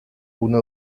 una